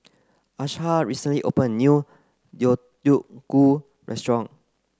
Asha recently opened a new Deodeok Gui Restaurant